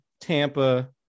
Tampa